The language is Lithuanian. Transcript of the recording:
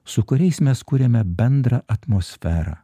su kuriais mes kuriame bendrą atmosferą